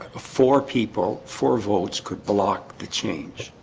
four people four votes could block the change,